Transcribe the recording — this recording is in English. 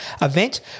event